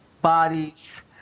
Bodies